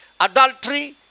adultery